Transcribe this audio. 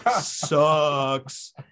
sucks